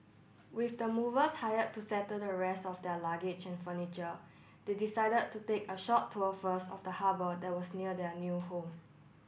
with the movers hire to settle the rest of their luggage and furniture they decided to take a short tour first of the harbour that was near their new home